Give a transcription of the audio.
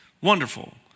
wonderful